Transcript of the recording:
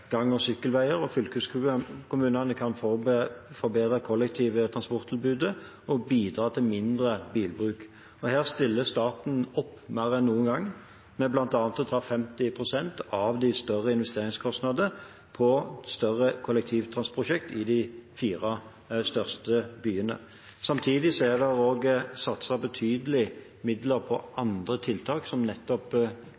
gang- og sykkelveier, og fylkeskommunene kan forbedre det kollektive transporttilbudet og bidra til mindre bilbruk. Her stiller staten opp mer enn noen gang, ved bl.a. å ta 50 pst. av de større investeringskostnadene på større kollektivtransportprosjekter i de fire største byene. Samtidig er det satset betydelige midler på